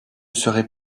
serez